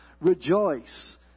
Rejoice